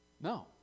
No